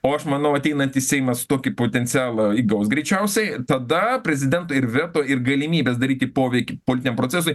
o aš manau ateinantis seimas tokį potencialą įgaus greičiausiai tada prezidento ir veto ir galimybės daryti poveikį politiniam procesui